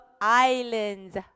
islands